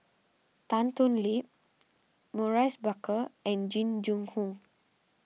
Tan Thoon Lip Maurice Baker and Jing Jun Hong